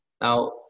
now